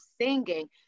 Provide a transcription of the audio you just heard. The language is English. singing